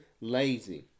lazy